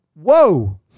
whoa